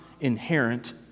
inherent